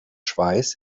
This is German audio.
schweiß